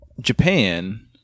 Japan